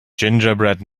gingerbread